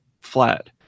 flat